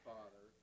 Father